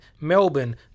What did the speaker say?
Melbourne